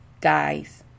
guys